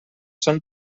són